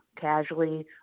casually